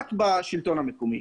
רק בשלטון המקומי.